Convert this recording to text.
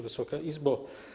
Wysoka Izbo!